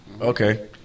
Okay